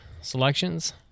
selections